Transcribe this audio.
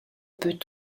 peut